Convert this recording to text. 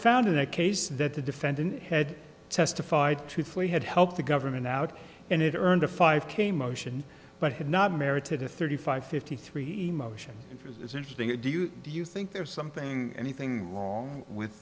found in a case that the defendant had testified truthfully had helped the government out and it earned a five k motion but had not merited a thirty five fifty three emotion is interesting or do you do you think there's something anything wrong with